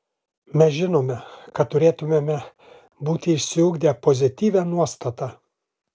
mes žinome kad turėtumėme būti išsiugdę pozityvią nuostatą